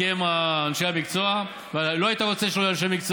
אבל למה עכשיו הגעת?